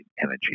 energy